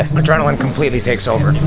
and adrenaline completely takes over.